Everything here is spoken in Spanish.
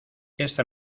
esta